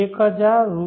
1000 રૂ